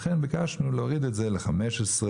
לכן ביקשנו להוריד את זה ל-15,